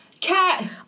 Cat